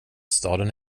staden